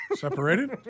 separated